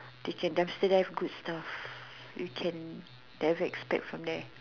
teach her dumpster dive good stuff you can direct steps from there